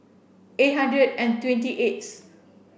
eight hundred and twenty eighth